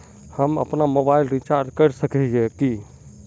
हम अपना mobile recharge कर सकय हिये की?